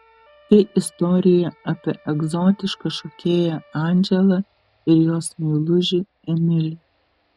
tai istorija apie egzotišką šokėją andželą ir jos meilužį emilį